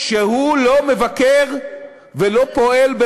שהוא לא מבקר ולא פועל,